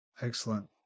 Excellent